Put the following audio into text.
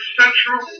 central